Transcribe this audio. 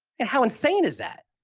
and how insane is that?